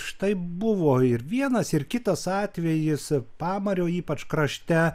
štai buvo ir vienas ir kitas atvejis pamario ypač krašte